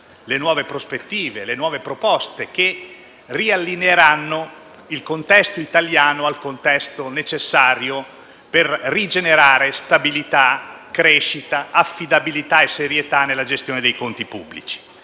le nuove prospettive, le nuove proposte che riallineeranno il contesto italiano al contesto necessario per rigenerare stabilità, crescita, affidabilità e serietà nella gestione dei conti pubblici.